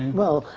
well,